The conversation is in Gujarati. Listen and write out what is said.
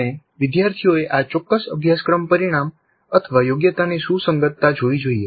આપણે વિદ્યાર્થીઓએ આ ચોક્કસ અભ્યાશક્રમ પરિણામયોગ્યતાની સુસંગતતા જોવી જોઈએ